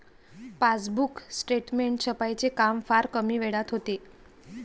passbook statement छपाईचे काम फार कमी वेळात होते